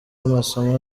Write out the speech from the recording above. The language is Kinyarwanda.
amasomo